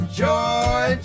joy